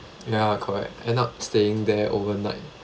ya correct end up staying there overnight